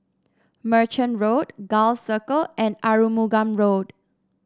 Merchant Road Gul Circle and Arumugam Road